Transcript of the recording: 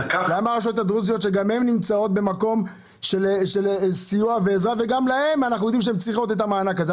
גם לרשויות הדרוזיות מגיע סיוע ועזרה וגם הן צריכות את המענק הזה.